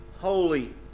holy